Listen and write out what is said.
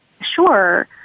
Sure